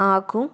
ఆకు